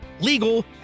legal